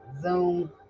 zoom